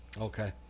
okay